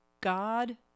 God